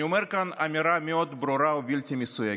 אני אומר כאן אמירה מאוד ברורה ובלתי מסויגת: